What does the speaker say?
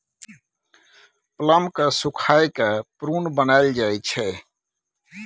plum केँ सुखाए कए प्रुन बनाएल जाइ छै